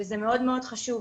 וזה מאוד חשוב,